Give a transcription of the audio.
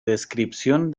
descripción